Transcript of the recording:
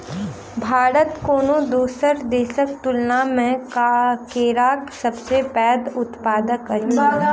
भारत कोनो दोसर देसक तुलना मे केराक सबसे पैघ उत्पादक अछि